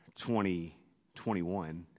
2021